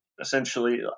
essentially